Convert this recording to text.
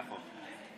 נכון.